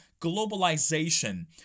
globalization